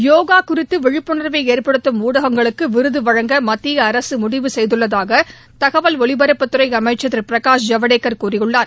யோகா குறித்து விழிப்புணா்வை ஏற்படுத்தும் ஊடகங்களுக்கு விருது வழங்க மத்திய அரசு முடிவு செய்துள்ளதாக தகவல் ஒலிபரப்புத்துறை அமைச்சர் திரு பிரகாஷ் ஜவடேக்கர் கூறியுள்ளார்